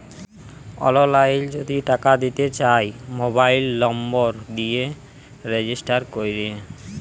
অললাইল যদি টাকা দিতে চায় মবাইল লম্বর দিয়ে রেজিস্টার ক্যরে